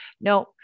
no